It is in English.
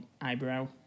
eyebrow